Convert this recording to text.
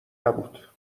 نبود